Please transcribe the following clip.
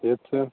yes sir